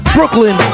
Brooklyn